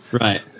right